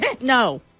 No